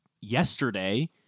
yesterday